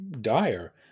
dire